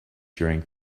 during